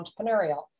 entrepreneurial